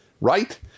right